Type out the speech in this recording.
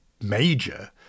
major